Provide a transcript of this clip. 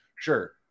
sure